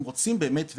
אם רוצים באמת,